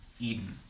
Eden